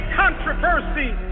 controversy